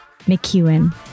McEwen